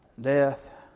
death